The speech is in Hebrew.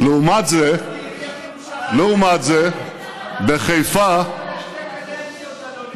לעומת זאת, תרוץ לעיריית ירושלים.